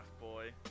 boy